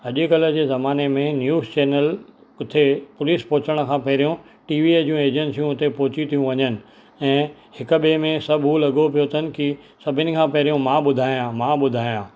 अॼुकल्ह जे ज़माने में न्यूज़ चैनल किथे पुलिस पहुचण खां पहिरियों टीवीअ जूं एजेंसियूं उते पहुची थियूं वञनि ऐं हिकु ॿिए में सभु हू लॻो पियो अथनि की सभिनी खां पहिरियों मां ॿुधायां मां ॿुधायां